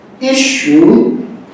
issue